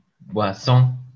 boisson